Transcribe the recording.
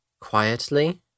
quietly